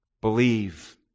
Believe